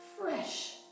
fresh